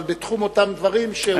אבל בתחום אותם דברים.